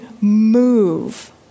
move